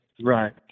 Right